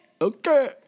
Okay